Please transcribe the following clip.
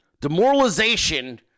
Demoralization